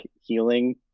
healing